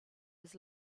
his